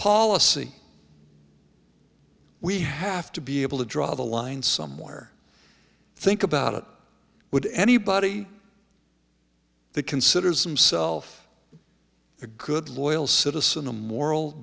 policy we have to be able to draw the line somewhere think about it would anybody that considers himself a good loyal citizen the moral